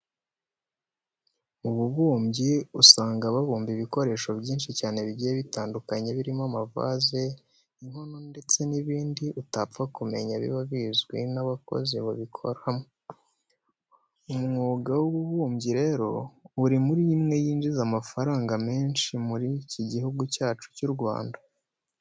Mu bubumbyi usanga babumba ibikoresho byinshi cyane bigiye bitandukanye birimo amavaze, inkono ndetse n'ibindi utapfa kumenya biba bizwi n'abakozi babikoramo. Umwuga w'ububumbyi rero uri muri imwe yinjiza amafaranga menshi muri iki gihugu cyacu cy'u Rwanda.